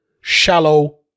shallow